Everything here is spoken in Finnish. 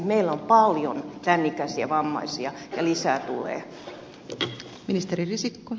meillä on paljon tämän ikäisiä vammaisia ja lisää tulee